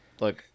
Look